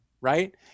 right